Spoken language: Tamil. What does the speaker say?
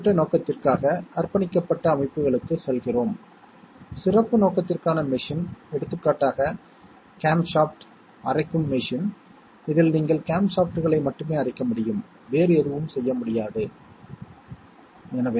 எனவே நம்மிடம் ஒரு பட்டியல் உள்ளது A இன் சாத்தியமான மதிப்புகள் B இன் சாத்தியமான மதிப்புகள் ஆனது 4 சாத்தியமான சேர்க்கைகளை உருவாக்குகின்றன